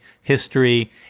history